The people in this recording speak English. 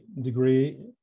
degree